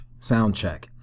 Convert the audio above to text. soundcheck